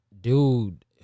dude